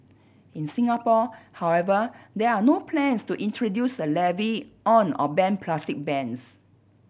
in Singapore however there are no plans to introduce a levy on or ban plastic bags